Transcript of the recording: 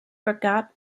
vergab